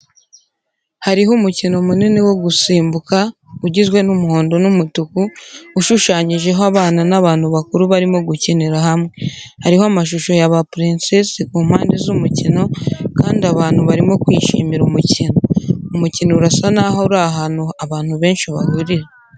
Hariho umukino munini wo gusimbuka ugizwe n'umuhondo n'umutuku, ushushanyijeho abana n'abantu bakuru barimo gukinira hamwe. Hariho amashusho yaba princesses ku mpande z'umukino, kandi abantu barimo kwishimira umukino. Umukino urasa n'aho uri ahantu abantu benshi bahurira.